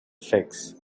fix